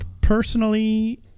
personally